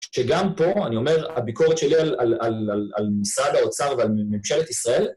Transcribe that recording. שגם פה, אני אומר, הביקורת שלי על משרד האוצר ועל ממשלת ישראל